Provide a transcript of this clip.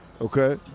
okay